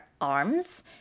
arms